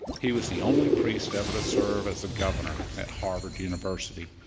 he was the only priest ever to serve as a governor at harvard university.